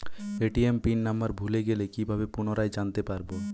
ATM PIN number ভুলে গেলে কি ভাবে পুনরায় জানতে পারবো?